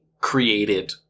created